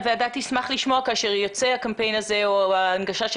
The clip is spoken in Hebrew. הוועדה תשמח לשמוע כאשר יצא הקמפיין הזה או ההנגשה של